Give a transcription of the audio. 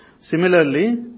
Similarly